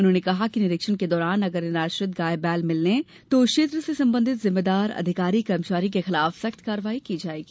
उन्होंने कहा कि निरीक्षण के दौरान अगर निराश्रित गाय बैल मिलते हैं तो क्षेत्र के संबंधित जिम्मेदार अधिकारी कर्मचारी के विरुद्ध सख्त कार्यवाही की जायेगी